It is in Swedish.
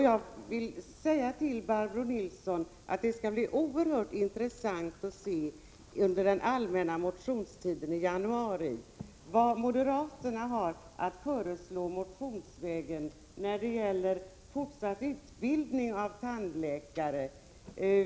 Jag vill till Barbro Nilsson i Visby säga att det skall bli oerhört intressant att under den allmänna motionstiden i januari se vad moderaterna har att föreslå motionsvägen när det gäller fortsatt utbildning av tandläkare.